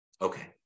Okay